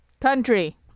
country